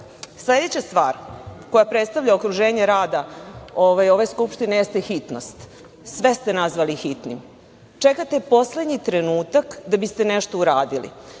stvar koja predstavlja okruženje rada ove skupštine jeste hitnost. Sve ste nazvali hitnim. Čekate poslednji trenutak da biste nešto uradili.